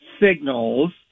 signals